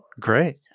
Great